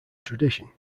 tradition